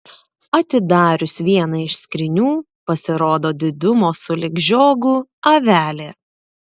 atidarius vieną iš skrynių pasirodo didumo sulig žiogu avelė